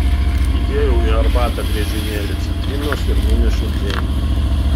įdėjau į arbatą griežinėlį citrinos ir nunešiau džeinei